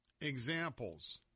examples